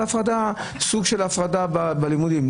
אלא כסוג של הפרדה בלימודים.